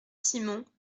simon